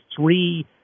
three